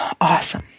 awesome